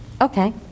Okay